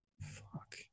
Fuck